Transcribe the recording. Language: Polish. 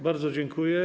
Bardzo dziękuję.